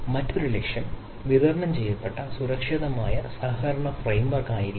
മറ്റൊരു ലക്ഷ്യം വിതരണം ചെയ്യപ്പെട്ട സുരക്ഷിതമായ സഹകരണ ഫ്രെയിംവർക് ആയിരിക്കാം